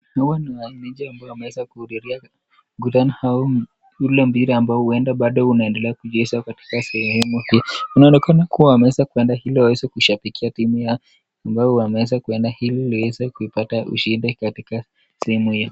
Hawa ni wananchi ambao wameweza kuhudhuria katika mkutano au ule mpira ambao huenda bado inaendelea kuchezwa katika sehemu hiii inaonekana kuwa wameweza kuenda ili weweze kushabikia timu yao ambayo wameeza kuenda ili iweze kuipata ushindi katika sehemu hiyo.